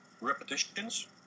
repetitions